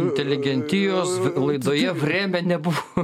inteligentijos laidoje vremia nebuvo